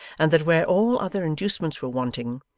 and that where all other inducements were wanting,